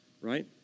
right